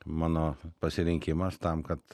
mano pasirinkimas tam kad